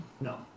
No